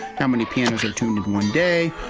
how many pianos are tuned in one day,